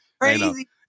Crazy